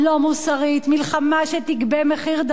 מלחמה שתגבה מחיר דמים כבד.